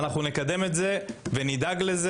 ואנחנו נקדם את זה ונדאג לזה,